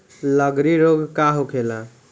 लगड़ी रोग का होखेला?